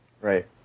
Right